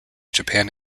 japan